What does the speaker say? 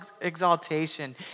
exaltation